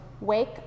Wake